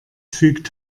fügt